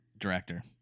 Director